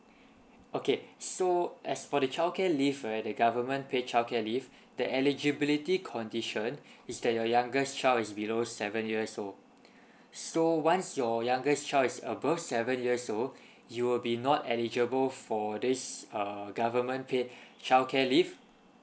okay so as for the childcare leave right the government paid childcare leave the eligibility condition is that your youngest child is below seven years old so once your youngest child is above seven years so you'll be not eligible for this uh government paid childcare leave